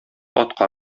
атка